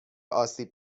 آسیب